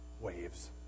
waves